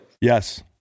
Yes